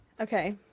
Okay